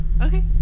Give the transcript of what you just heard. Okay